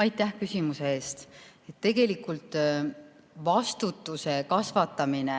Aitäh küsimuse eest! Tegelikult on vastutuse kasvatamine